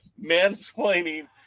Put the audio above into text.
mansplaining